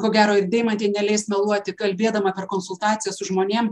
ko gero deimantė neleis meluoti kalbėdama per konsultacijas su žmonėm